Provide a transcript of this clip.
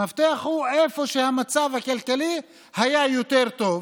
המפתח הוא שאיפה שהמצב הכלכלי היה יותר טוב